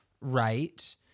right